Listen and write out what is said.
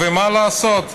ומה לעשות,